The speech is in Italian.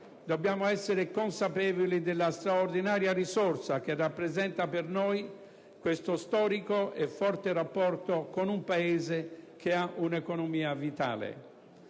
dobbiamo essere consapevoli della straordinaria risorsa che rappresenta per noi questo storico e forte rapporto con un Paese che ha un'economia vitale.